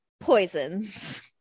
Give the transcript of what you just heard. poisons